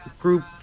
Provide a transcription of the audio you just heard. group